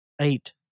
Eight